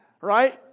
right